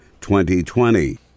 2020